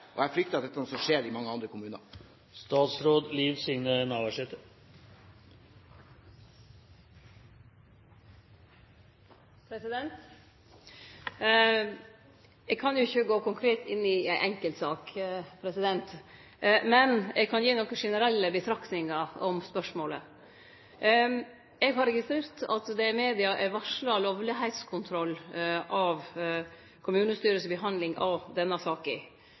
og jeg frykter at dette også skjer i mange andre kommuner. Eg kan ikkje gå konkret inn i ei enkeltsak. Men eg kan gi nokre generelle betraktningar om spørsmålet. Eg har registrert at det i media er varsla lovlegheitskontroll av kommunestyret si behandling av denne saka.